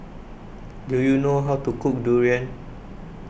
Do YOU know How to Cook Durian